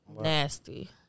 nasty